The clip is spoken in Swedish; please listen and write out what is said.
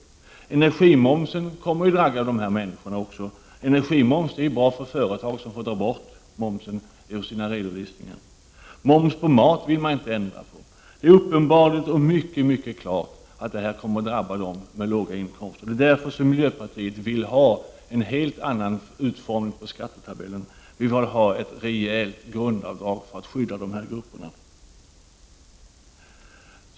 Också energimomsen kommer att drabba dessa människor. Energimoms är bra för företagen, som får dra av den i sina redovisningar. Momsen på mat vill man inte ändra på. Det är helt uppenbart att allt detta kommer att drabba människor med låga inkomster. Därför vill miljöpartiet ha en helt annan utformning av skattetabellerna. Bl.a. vill vi ha ett rejält grundavdrag för att skydda människor med låga inkomster.